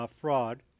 fraud